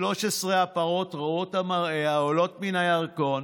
13 הפרות רעות המראה העולות מן הירקון